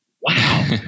wow